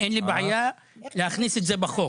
אין לי בעיה להכניס את זה בחוק.